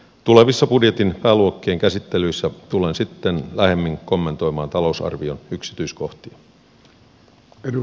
tulevissa budjetin pääluokkien käsittelyissä tulen sitten lähemmin kommentoimaan talousarvion yksityiskohtia